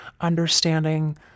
understanding